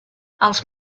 els